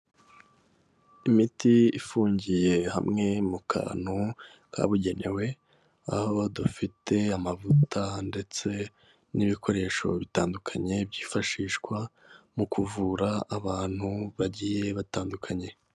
Imiti ifungiye hamwe mu kantu kabugenewe aho dudafite amavuta ndetse n'ibikoresho bitandukanye byifashishwa mu kuvura abantu bagiye batandukanye.